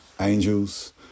angels